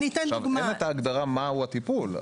אין ההגדרה מהו הטיפול,